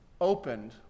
opened